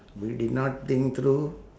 we did not think through